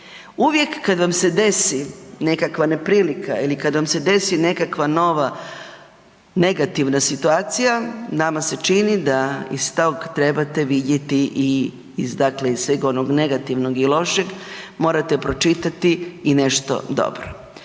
Uvijek kad vam se desi nekakva neprilika ili kad vam se desi nekakva nova negativna situacija, nama se čini da iz tog trebate vidjeti i iz, dakle iz svega negativnog i lošeg morate pročitati i nešto dobro.